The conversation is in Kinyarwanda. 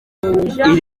iri